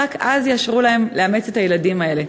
רק אז יאשרו להם לאמץ את הילדים האלה.